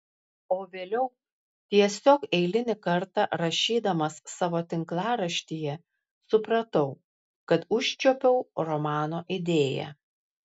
o vėliau tiesiog eilinį kartą rašydamas savo tinklaraštyje supratau kad užčiuopiau romano idėją